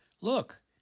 Look